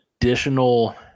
additional